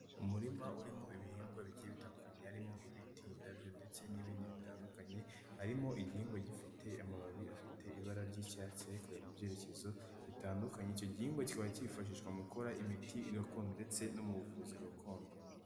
Umurima urimo ibihingwa bigiye bitandukanye harimo ibiti, indabyo ndetse n'ibindi bitandukanye, harimo igihingwa gifite amababi afite ibara ry'icyatsi, ari kureba mu byerekezo bitandukanye, icyo gihingwa kikaba kifashishwa mu gukora imiti gakondo ndetse no mu buvuzi gakondo.